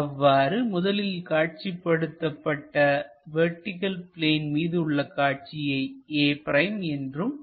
அவ்வாறு முதலில் காட்சிப்படுத்தப்பட்ட வெர்டிகள் பிளேன் மீது உள்ள காட்சியை a' என்றும்